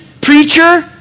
preacher